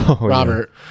robert